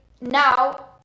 now